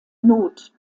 not